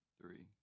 Three